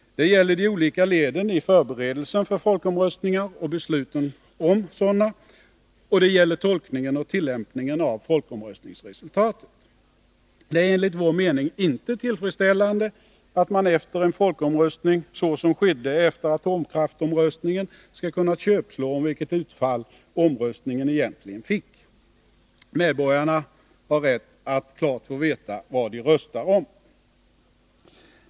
Det gäller de olika leden i förberedelserna för folkomröstningar och besluten om sådana, och det gäller tolkningen och tillämpningen av folkomröstningsresultaten. Det är enligt vår mening inte tillfredsställande att man efter en folkomröstning, såsom skedde efter atomkraftsomröstningen, skall kunna köpslå om vilket utfall omröstningen egentligen fick. Medborgarna har rätt att klart få veta vad de röstar om.